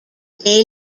day